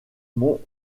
mon